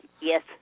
Yes